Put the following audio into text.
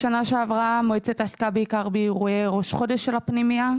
שנה שעברה המועצה עסקה בעיקר באירועי ראש חודש של הפנימייה.